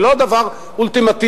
זה לא דבר אולטימטיבי.